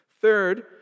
Third